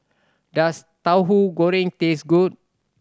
does Tahu Goreng taste good